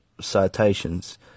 citations